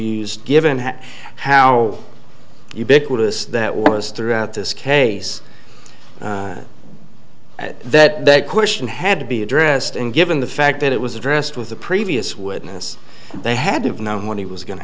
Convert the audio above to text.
used given how ubiquitous that was throughout this case that that question had to be addressed and given the fact that it was addressed with the previous witness they had to have known what he was going